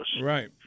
Right